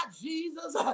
Jesus